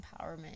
empowerment